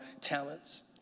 talents